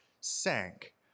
sank